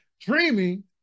dreaming